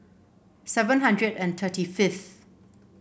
seven hundred and thirty fifth